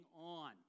on